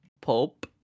pulp